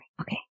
Okay